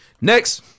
Next